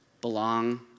belong